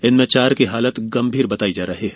इनमें चार की हालत गंभीर बताई जा रही है